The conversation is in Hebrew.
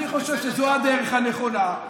אני חושב שזו הדרך הנכונה.